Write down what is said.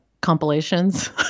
compilations